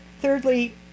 Thirdly